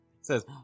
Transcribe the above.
says